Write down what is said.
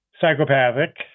psychopathic